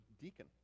deacon